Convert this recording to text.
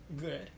good